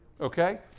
Okay